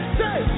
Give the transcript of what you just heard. say